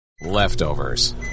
Leftovers